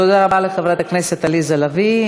תודה רבה לחברת הכנסת עליזה לביא.